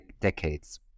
decades